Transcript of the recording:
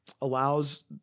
allows